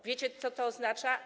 Wiecie, co to oznacza?